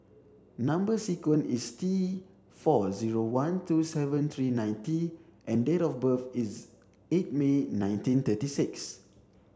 number sequence is T four zero one two seven three nine T and date of birth is eight May nineteen thirty six